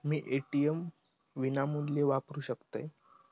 मी ATM विनामूल्य वापरू शकतय?